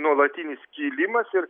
nuolatinis kilimas ir